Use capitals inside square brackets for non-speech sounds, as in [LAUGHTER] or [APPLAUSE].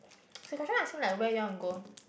[NOISE] like where you want go